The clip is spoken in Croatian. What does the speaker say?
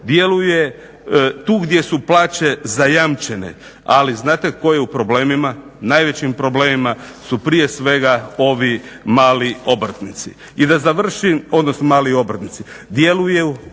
djeluje tu gdje su plaće zajamčene. Ali znate tko je u problemima? Najvećim problemima su prije svega ovi mali obrtnici. I da završim, odnosno mali obrtnici, djeluju u